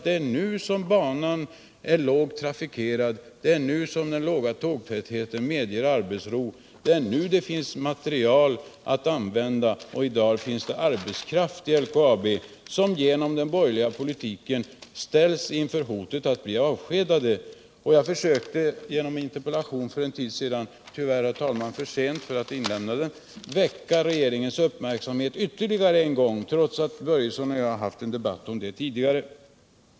Det är nu som banan är lågt trafikerad, och det är nu som den låga tågtätheten medger arbetsro. Det är också nu som det finns material att använda, och i dag finns det arbetskraft i LKAB som genom den borgerliga politiken ställs inför hotet att bli avskedad. Jag försökte genom en interpellation för en tid sedan — tyvärr för sent för att kunna inlämna den - fästa regeringens uppmärksamhet på detta ytterligare en gång, trots att herr Börjesson och jag haft en debatt om det tidigare.